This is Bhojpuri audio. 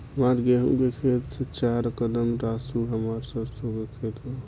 हमार गेहू के खेत से चार कदम रासु हमार सरसों के खेत बा